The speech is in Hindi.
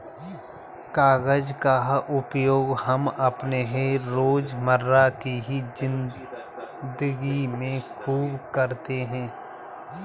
कागज का उपयोग हम अपने रोजमर्रा की जिंदगी में खूब करते हैं